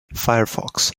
firefox